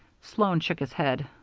sloan shook his head.